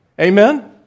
Amen